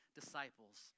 disciples